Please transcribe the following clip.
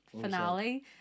finale